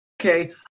Okay